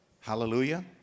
Hallelujah